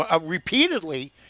repeatedly